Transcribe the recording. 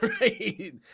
right